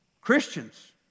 Christians